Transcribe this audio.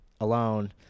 alone